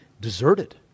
deserted